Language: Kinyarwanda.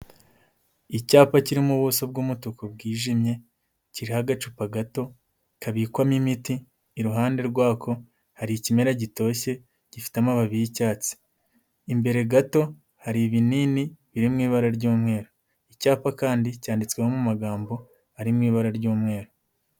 Icyapa kirimo ubuso bw'umutuku bwijimye, kiriho agacupa gato kabikwamo imiti, iruhande rwako hari ikimera gitoshye gifite amababi y'icyatsi, imbere gato hari ibinini biri mu ibara ry'umweru, icyapa kandi cyanditswemo amagambo ari mu ibara ry'umweru.